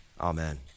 Amen